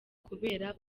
kubera